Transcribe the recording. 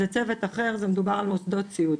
זה צוות אחר זה מדובר על מוסדות סיעוד.